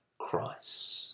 Christ